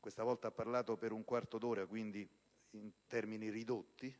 (questa volta ha parlato per un quarto d'ora, quindi in termini ridotti),